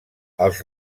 els